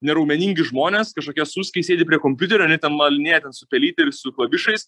neraumeningi žmonės kažkokie suskiai sėdi prie kompiuterio ane ten malinėja ten su pelyte ir su klavišais